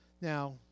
Now